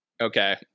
Okay